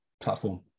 platform